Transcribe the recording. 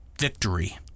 victory